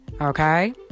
okay